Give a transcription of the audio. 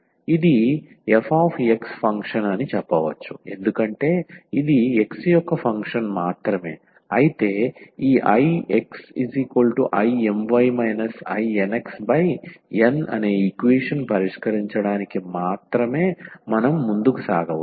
ఇది fx function అని చెప్పవచ్చు ఎందుకంటే ఇది x యొక్క ఫంక్షన్ మాత్రమే అయితే ఈ IxIMy INxN ఈక్వేషన్ పరిష్కరించడానికి మాత్రమే మనం ముందుకు సాగవచ్చు